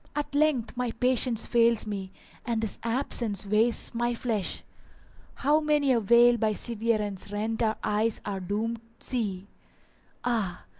at length my patience fails me and this absence wastes my flesh how many a veil by severance rent our eyes are doomed see ah!